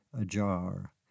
ajar